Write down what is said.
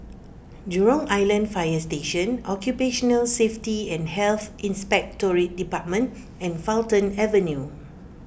Jurong Island Fire Station Occupational Safety and Health Inspectorate Department and Fulton Avenue